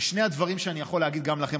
ושני הדברים אני יכול להגיד גם לכם,